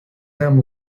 them